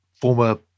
former